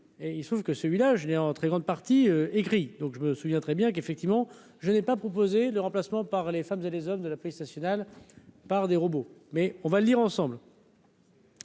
et il se trouve que celui-là, je n'ai en très grande partie écrit donc je me souviens très bien, qu'effectivement je n'ai pas proposé le remplacement par les femmes et les hommes de la police nationale par des robots, mais on va le lire ensemble.